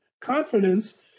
confidence